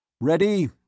Ready